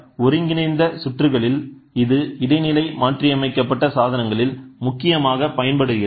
குறிப்பாக ஒருங்கிணைந்த சுற்றுகளில் இது இடைநிலை மாற்றியமைக்கப்பட்ட சாதனங்களில் முக்கியமாக பயன்படுகிறது